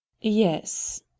yes